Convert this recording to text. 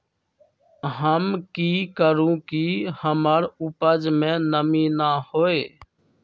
हम की करू की हमर उपज में नमी न होए?